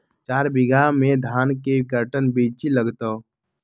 चार बीघा में धन के कर्टन बिच्ची लगतै?